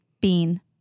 Bean